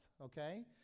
okay